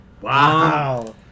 Wow